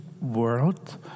world